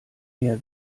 mehr